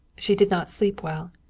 she did not sleep well.